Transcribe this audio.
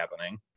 happening